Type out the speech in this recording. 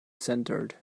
centered